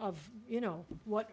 of you know what